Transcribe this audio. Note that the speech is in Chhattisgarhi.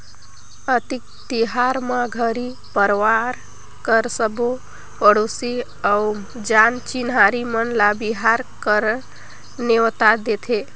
अक्ती तिहार म घरी परवार कर सबो पड़ोसी अउ जान चिन्हारी मन ल बिहा कर नेवता देथे